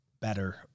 better